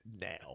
now